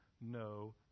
no